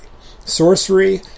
Sorcery